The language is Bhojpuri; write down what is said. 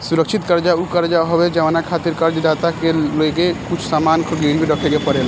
सुरक्षित कर्जा उ कर्जा हवे जवना खातिर कर्ज दाता के लगे कुछ सामान गिरवी रखे के पड़ेला